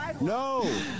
no